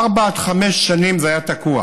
ארבע עד חמש שנים זה היה תקוע.